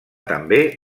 també